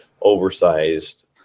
oversized